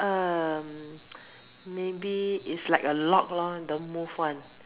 err maybe is like a log lor don't move one